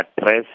address